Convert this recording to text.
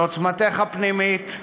בעוצמתך הפנימית,